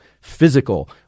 physical